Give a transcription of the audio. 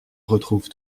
retrouve